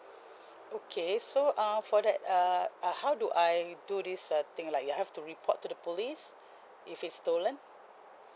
okay so uh for that err uh how do I do this uh thing like I have to report to the police if it's stolen